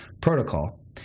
protocol